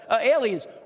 aliens